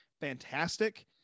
fantastic